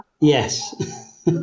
Yes